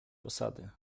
posady